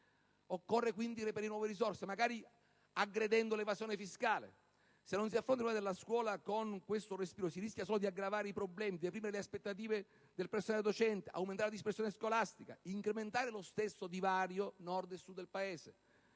Occorre quindi reperire nuove risorse, magari aggredendo l'evasione fiscale. Se non si affronta il problema della scuola con questo respiro, si rischia solo di aggravare i problemi, deprimere le aspettative del personale docente, aumentare la dispersione scolastica, incrementare lo stesso divario fra Nord e Sud del Paese,